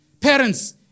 Parents